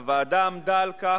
הוועדה עמדה על כך,